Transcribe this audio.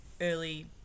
early